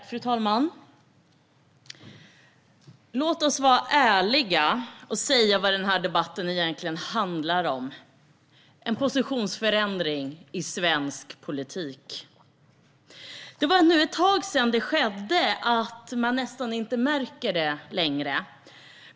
Fru talman! Låt oss vara ärliga och säga vad den här debatten egentligen handlar om: en positionsförändring i svensk politik. Det var nu ett tag sedan den skedde, så man märker den nästan inte längre.